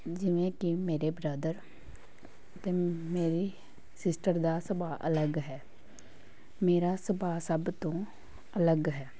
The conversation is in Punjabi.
ਜਿਵੇਂ ਕਿ ਮੇਰੇ ਬ੍ਰਦਰ ਅਤੇ ਮੇਰੀ ਸਿਸਟਰ ਦਾ ਸੁਭਾਅ ਅਲੱਗ ਹੈ ਮੇਰਾ ਸੁਭਾਅ ਸਭ ਤੋਂ ਅਲੱਗ ਹੈ